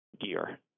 gear